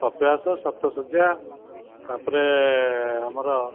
କପିଳାସ ଶପ୍ତଶଯ୍ୟା ତା'ପରେ ଆମର